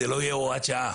זו לא תהיה הוראת שעה,